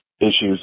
issues